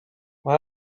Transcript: why